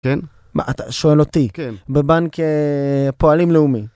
מה אתה שואל אותי? בבנק פועלים לאומי.